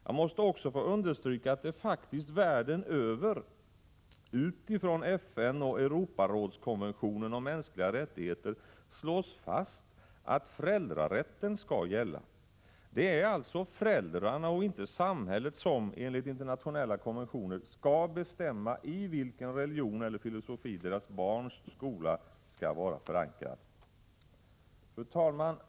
Jag måste också få understryka att det faktiskt världen över utifrån FN och Europarådskonventionen om mänskliga rättigheter slås fast att föräldrarätten skall gälla. Enligt internationella konventioner är det alltså föräldrarna och inte samhället som skall bestämma i vilken religion eller filosofi deras barns skola skall vara förankrad.